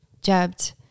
jabbed